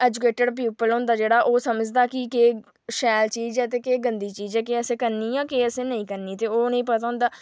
educated people होंदा ते ओह् समझदा की केह् शैल चीज़ ऐ ते केह् गंदी चीज़ ऐ की केह् असें करनी ते केह् नेईं करनी ते ओह् असेंगी पता